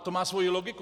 To má svoji logiku.